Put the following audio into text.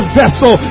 vessel